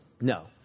No